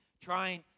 Trying